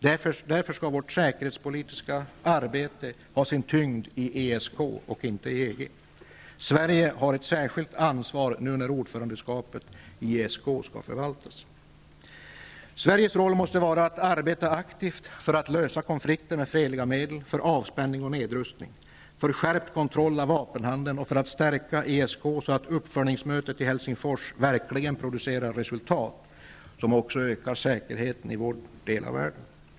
Därför skall vårt säkerhetspolitiska arbete ha sin tyngd i ESK och inte i EG. Sverige har ett särskilt ansvar nu när ordförandeskapet i ESK skall förvaltas. Sveriges roll måste vara att arbeta aktivt för att lösa konflikterna med fredliga medel, för avspänning och nedrustning, för skärpt kontroll av vapenhandeln och för att stärka ESK så att uppföljningsmötet i Helsingfors verkligen producerar resultat, som också ökar säkerheten i vår del av världen.